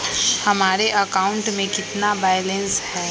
हमारे अकाउंट में कितना बैलेंस है?